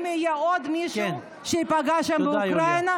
אם יהיה עוד מישהו שייפגע שם באוקראינה,